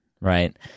Right